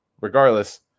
regardless